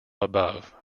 above